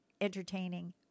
entertaining